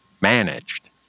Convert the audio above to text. managed